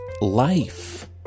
life